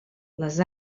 les